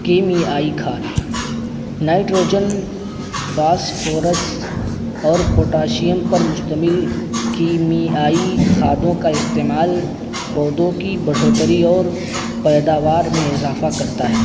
کیمیائی کھاد nitrogen phosphorus اور پوٹاشیم پر مشتمل کیمی آئی خادوں کا استعمال پودوں کی بڑھوتری اور پیداوار میں اضافہ کرتا ہے